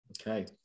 Okay